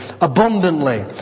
abundantly